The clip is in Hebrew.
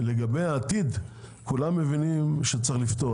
לגבי העתיד כולם מבינים שצריך לפתור.